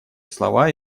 слова